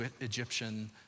Egyptian